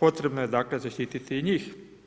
potrebno je zaštitit i njih.